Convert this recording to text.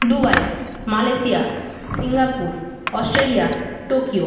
Dubai Malaysia Singapore Australia Tokyo